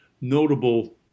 notable